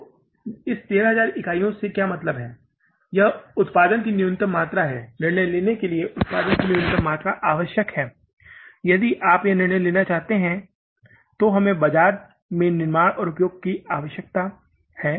तो इस 13000 इकाइयों से क्या मतलब है यह उत्पादन की न्यूनतम मात्रा है निर्णय लेने के लिए उत्पादन की न्यूनतम मात्रा आवश्यक है यदि आप यह निर्णय लेना चाहते हैं तो हमें बाजार में निर्माण और उपयोग करने की आवश्यकता है